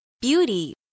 Beauty